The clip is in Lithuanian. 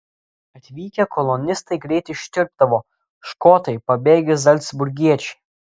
atvykę kolonistai greit ištirpdavo škotai pabėgę zalcburgiečiai